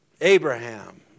Abraham